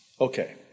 Okay